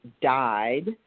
died